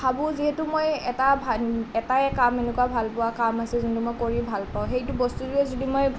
ভাবোঁ যিহেতু মই এটা এটাই কাম এনেকুৱা ভাল পোৱা কাম আছে যোনটো মই কৰি ভাল পাওঁ সেইটো বস্তুটোৱে যদি মই